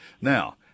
Now